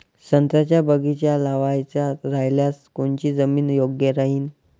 संत्र्याचा बगीचा लावायचा रायल्यास कोनची जमीन योग्य राहीन?